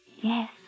Yes